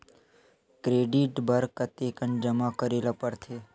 Credit बर कतेकन जमा करे ल पड़थे?